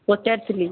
ପଚାରିଥିଲି